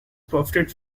profited